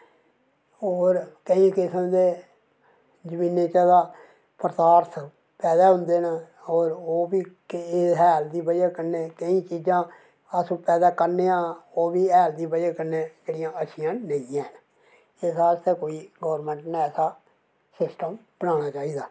होर केईं किस्म दे जहरीले पदार्थ पैदा होंदे न ते होर ओह्बी हैल दी बजह कन्नै केईं चीज़ां अस पैदा करने आं ओह्बी हैल दी बजह कन्नै जेह्ड़ियां ऐसियां नेईं हैन इस आस्तै गौरमैंट नै कोई ऐसा सिस्टम होना चाहिदा